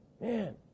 man